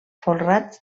folrats